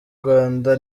rwanda